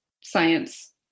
science